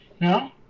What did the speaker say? No